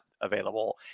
available